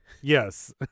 Yes